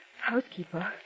housekeeper